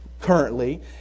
currently